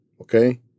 Okay